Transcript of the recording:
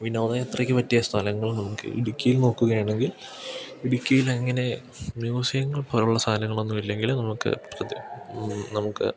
വിനോദയാത്രയ്ക്ക് പറ്റിയ സ്ഥലങ്ങൾ നമുക്ക് ഇടുക്കിയിൽ നോക്കുകയാണെങ്കിൽ ഇടുക്കിയിലങ്ങനെ മ്യൂസിയങ്ങൾ പോലുള്ള സ്ഥലങ്ങളൊന്നും ഇല്ലെങ്കിലും നമുക്ക് നമുക്ക്